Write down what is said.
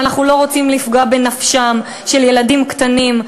אבל אנחנו לא רוצים לפגוע בנפשם של ילדים קטנים,